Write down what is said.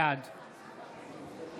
בעד